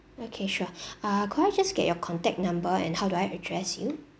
okay sure ah could I just get your contact number and how do I address you